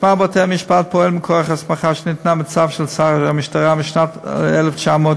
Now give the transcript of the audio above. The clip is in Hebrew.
משמר בתי-המשפט פועל מכוח הסמכה שניתנה מצו של שר המשטרה משנת 1995,